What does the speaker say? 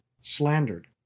slandered